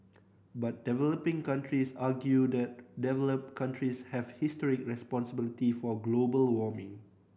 but developing countries argue that developed countries have historic responsibility for global warming